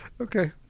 okay